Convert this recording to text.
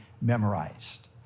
memorized